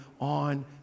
on